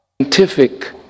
scientific